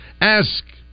Ask